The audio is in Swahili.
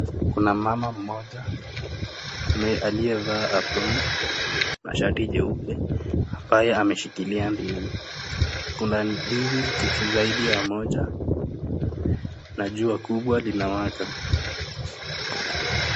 Kuna mama mmoja aliyevaa aproni na shati jeupe ambaye ameshikilia ndizi, kuna ndizi zaidi ya moja na jua kubwa linawaka.